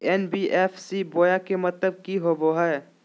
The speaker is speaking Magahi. एन.बी.एफ.सी बोया के मतलब कि होवे हय?